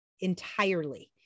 entirely